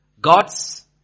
God's